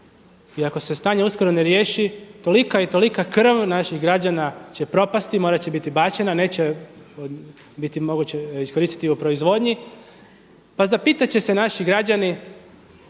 I ako se stanje uskoro ne riješi, tolika i tolika krv naših građana će propasti, morati će biti bačena, neće biti moguće je iskoristiti u proizvodnji pa zapitati će se naši građani